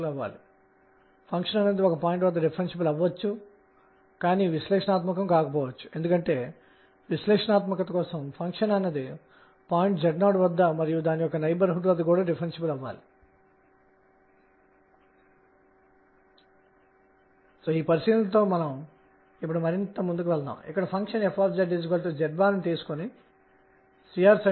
కక్ష్య వంగే అవకాశం ఉంది అది మరింత వంగి ఉండవచ్చు